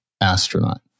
astronaut